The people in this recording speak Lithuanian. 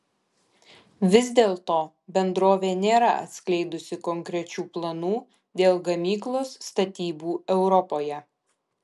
vis dėlto bendrovė nėra atskleidusi konkrečių planų dėl gamyklos statybų europoje